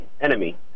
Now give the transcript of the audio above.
enemy